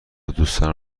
دوستانم